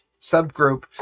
subgroup